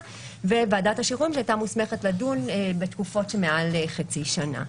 וועדת השחרורים שהייתה מוסמכת לדון בתקופות שמעל חצי שנה.